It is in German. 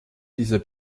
dieser